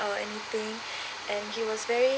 or anything and he was very